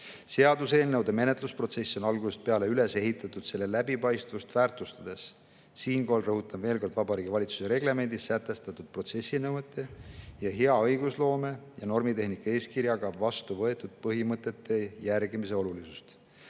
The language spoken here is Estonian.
Seaduseelnõude menetlusprotsess on algusest peale üles ehitatud selle läbipaistvust väärtustades. Siinkohal rõhutan veel kord Vabariigi Valitsuse reglemendis sätestatud protsessinõuete ja hea õigusloome ja normitehnika eeskirjaga vastu võetud põhimõtete järgimise olulisust.